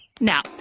Now